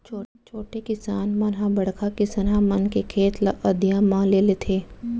छोटे किसान मन ह बड़का किसनहा मन के खेत ल अधिया म ले लेथें